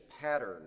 pattern